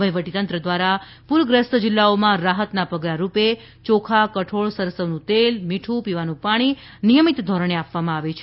વહીવટી તંત્ર દ્વારા પૂરગ્રસ્ત જિલ્લાઓમાં રાહતના પગલાંરૂપે ચોખા કઠોળ સરસવનું તેલ મીઠું પીવાનું પાણી નિયમિત ધોરણે આપવામાં આવે છે